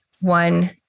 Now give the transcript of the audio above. one